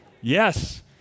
Yes